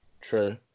true